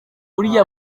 uriya